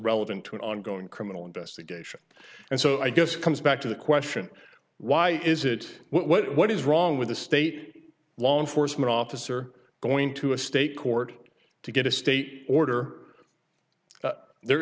relevant to an ongoing criminal investigation and so i guess it comes back to the question why is it what is wrong with the state law enforcement officer going to a state court to get a state order there